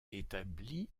établie